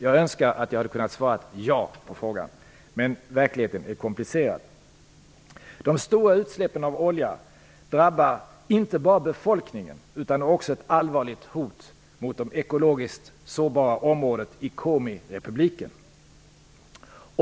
Jag önskar att jag hade kunnat svara ja på den frågan, men verkligheten är komplicerad. De stora utsläppen av olja drabbar inte bara befolkningen utan är också ett allvarligt hot mot det ekologiskt sårbara området i Komi-republiken.